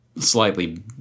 slightly